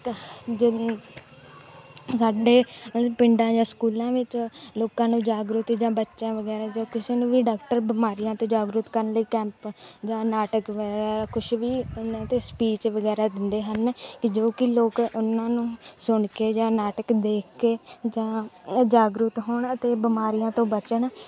ਕਹ ਜਨ ਸਾਡੇ ਪਿੰਡਾਂ ਜਾਂ ਸਕੂਲਾਂ ਵਿੱਚ ਲੋਕਾਂ ਨੂੰ ਜਾਗਰੂਕ ਜਾਂ ਬੱਚਿਆਂ ਵਗੈਰਾ ਜਾਂ ਕਿਸੇ ਨੂੰ ਵੀ ਡਾਕਟਰ ਬਿਮਾਰੀਆਂ ਤੋਂ ਜਾਗਰੂਕ ਕਰਨ ਲਈ ਕੈਂਪ ਜਾਂ ਨਾਟਕ ਵਗੈਰਾ ਕੁਛ ਵੀ ਉਹਨਾਂ 'ਤੇ ਸਪੀਚ ਵਗੈਰਾ ਦਿੰਦੇ ਹਨ ਕਿ ਜੋ ਕਿ ਲੋਕ ਉਹਨਾਂ ਨੂੰ ਸੁਣ ਕੇ ਜਾਂ ਨਾਟਕ ਦੇਖ ਕੇ ਜਾਂ ਅ ਜਾਗਰੂਕ ਹੋਣ ਅਤੇ ਬਿਮਾਰੀਆਂ ਤੋਂ ਬਚਣ